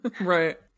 Right